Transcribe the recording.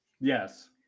yes